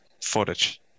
footage